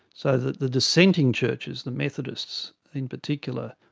so that the dissenting churches, the methodists in particular,